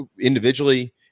individually